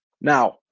Now